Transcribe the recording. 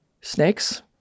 snakes